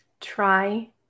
Try